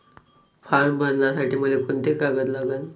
Form भरासाठी मले कोंते कागद लागन?